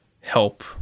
help